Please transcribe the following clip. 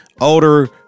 older